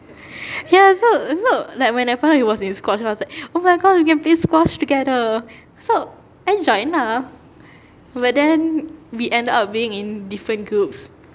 ya so so like when I found out that he was in squash I was like oh my god we can play squash together so I joined lah but then we ended up being in different groups